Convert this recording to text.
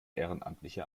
ehrenamtliche